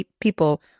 People